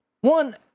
One